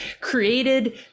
created